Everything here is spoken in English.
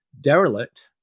derelict